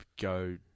go